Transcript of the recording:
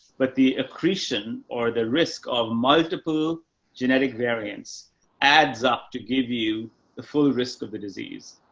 but the accretion or the risk of multiple genetic variance adds up to give you the full risk of the disease.